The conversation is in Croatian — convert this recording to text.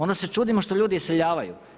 Onda se čudimo što ljudi iseljavaju.